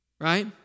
Right